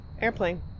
airplane